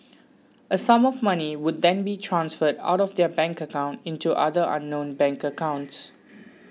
a sum of money would then be transferred out of their bank account into other unknown bank accounts